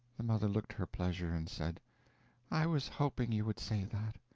the mother looked her pleasure, and said i was hoping you would say that.